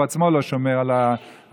הוא עצמו לא שומר על הדיאטות,